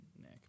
Nick